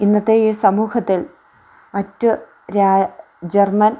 ഇന്നത്തെ ഈ സമൂഹത്തിൽ മറ്റു ജർമ്മൻ